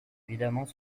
évidemment